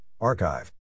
Archive